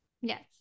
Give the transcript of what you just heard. yes